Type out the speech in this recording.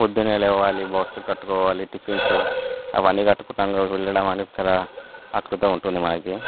పొద్దున్నే లేవాలి బాక్స్ కట్టుకోవాలి టిఫిన్స్ అవన్నీ కట్టుకున్నాక వెళ్లడం అనేది చాలా ఆతృతగా ఉంటుంది మనకి